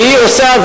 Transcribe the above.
והיא עושה,